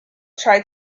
tried